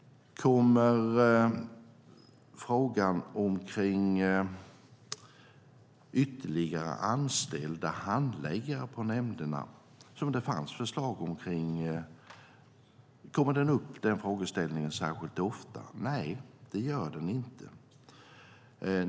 Kommer frågan om ytterligare anställda handläggare på nämnderna, som det fanns förslag om, upp särskilt ofta? Nej, det gör den inte.